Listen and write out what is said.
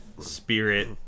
spirit